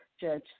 Judge